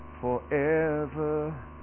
forever